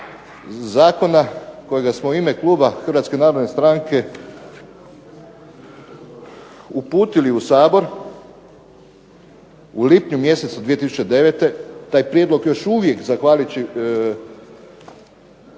zakona kojega smo u ime kluba Hrvatske narodne stranke uputili u Sabor u lipnju mjesecu 2009. Taj prijedlog još uvijek, zahvaljujući mogućnosti